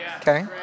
Okay